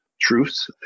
Truths